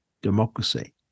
democracy